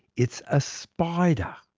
it's a spider!